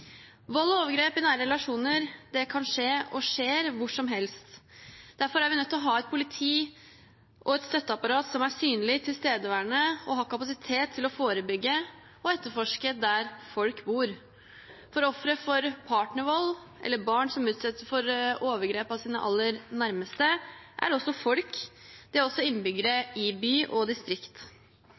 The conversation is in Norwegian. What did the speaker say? Vold og overgrep i nære relasjoner kan skje, og skjer, hvor som helst. Derfor er vi nødt til å ha et politi og et støtteapparat som er synlig tilstedeværende, og som har kapasitet til å forebygge og etterforske der folk bor. Ofre for partnervold eller barn som utsettes for overgrep av sine aller nærmeste, er også folk – de er også innbyggere i by og distrikt.